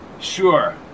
Sure